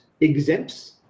exempts